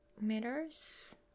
Meters